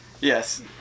yes